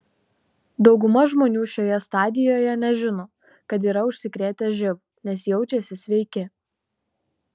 dauguma žmonių šioje stadijoje nežino kad yra užsikrėtę živ nes jaučiasi sveiki